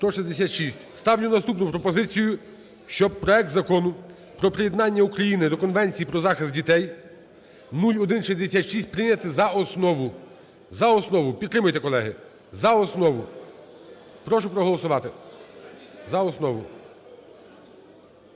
Ставлю наступну пропозицію. Щоб проект Закону про приєднання України до Конвенції про захист дітей (0166) прийняти за основу, за основу. Підтримайте, колеги, за основу. Прошу проголосувати. За основу.